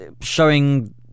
showing